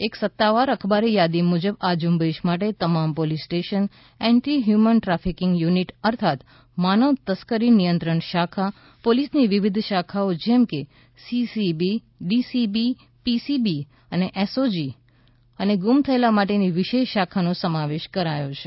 એક સત્તાવાર અખબારી યાદી મુજબ આ ઝ઼ંબેશ માટે તમામ police station anti human trafficking unit અર્થાત માનવ તસ્કરી નિયંત્રણ શાખા પોલીસની વિવિધ શાખાઓ જેમ કે સીસીબી ડીસીબી પીસીબી અને એસઓજી અને ગુમ થયેલા માટેની વિશેષ શાખાનો સમાવેશ કરાયો છે